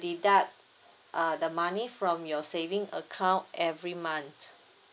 deduct uh the money from your saving account every month